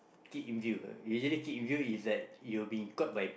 keep in view okay you really keep in view is like you will be caught by